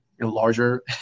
larger